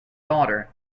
daughter